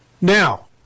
Now